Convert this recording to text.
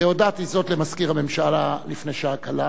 והודעתי זאת למזכיר הממשלה לפני שעה קלה,